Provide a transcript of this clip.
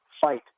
fight